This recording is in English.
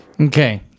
Okay